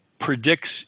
predicts